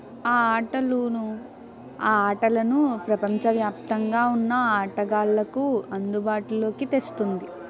ఆ ఆటలు ఆటలను ప్రపంచవ్యాప్తంగా ఉన్న ఆటగాళ్ళకు అందుబాటులోకి తెస్తుంది